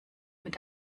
mit